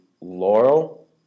Laurel